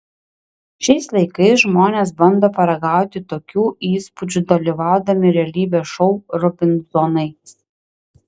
šiais laikais žmonės bando paragauti tokių įspūdžių dalyvaudami realybės šou robinzonai